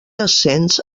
ascens